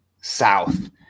South